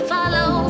Follow